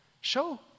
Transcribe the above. Show